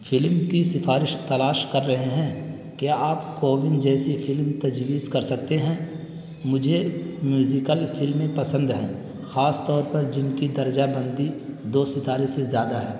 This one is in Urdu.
فلم کی سفارش تلاش کر رہے ہیں کیا آپ کوون جیسی فلم تجویز کر سکتے ہیں مجھے میوزیکل فلمیں پسند ہیں خاص طور پر جن کی درجہ بندی دو ستارے سے زیادہ ہے